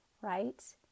right